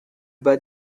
bas